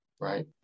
Right